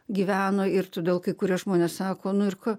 gyveno ir todėl kai kurie žmonės sako nu ir ko